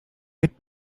mit